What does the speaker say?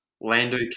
Lando